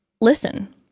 listen